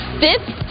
fifth